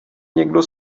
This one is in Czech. někdo